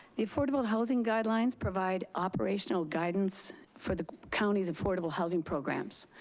the affordable housing guidelines provide operational guidance for the county's affordable housing programs.